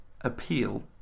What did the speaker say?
appeal